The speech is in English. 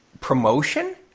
promotion